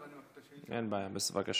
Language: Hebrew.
הרווחנו.